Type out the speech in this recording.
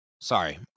Sorry